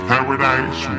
Paradise